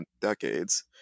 decades